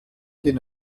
den